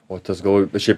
o tas galvoju bet šiaip